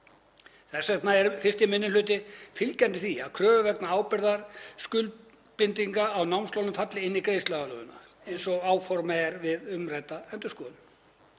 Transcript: Þess vegna er 1. minni hluti fylgjandi því að kröfur vegna ábyrgðarskuldbindinga á námslánum falli innan greiðsluaðlögunar eins og áformað er við umrædda endurskoðun.